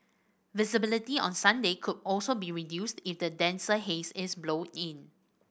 visibility on Sunday could also be reduced if the denser haze is blown in